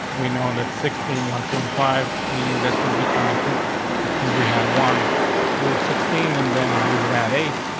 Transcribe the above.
we know in that sixteen one point five, meaning this would be twenty four cause we had one full sixteen and then we would add eight.